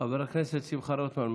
חבר הכנסת שמחה רוטמן,